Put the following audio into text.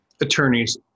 attorneys